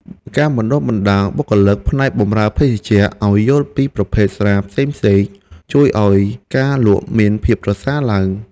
ការបណ្តុះបណ្តាលបុគ្គលិកផ្នែកបម្រើភេសជ្ជៈឱ្យយល់ពីប្រភេទស្រាផ្សេងៗជួយឱ្យការលក់មានភាពប្រសើរឡើង។